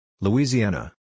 Louisiana